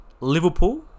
Liverpool